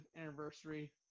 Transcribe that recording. anniversary